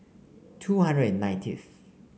two hundred and ninetieth